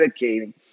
medicating